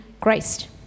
Christ